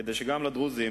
כדי שגם לדרוזים,